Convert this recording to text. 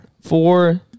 Four